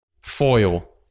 Foil